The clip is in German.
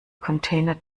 container